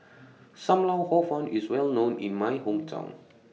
SAM Lau Hor Fun IS Well known in My Hometown